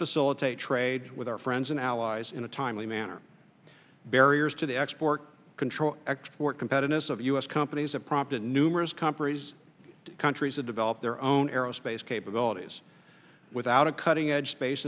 facilitate trade with our friends and allies in a timely manner barriers to the export control export competitiveness of u s companies have prompted numerous companies countries to develop their own aerospace capabilities without a cutting edge